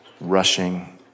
rushing